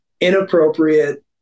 inappropriate